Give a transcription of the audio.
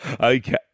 Okay